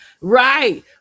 right